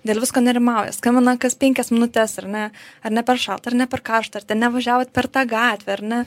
dėl visko nerimauja skambina kas penkias minutes ar ne ar ne per šalta ar ne per kašta ar ten nevažiavot per tą gatvę ar ne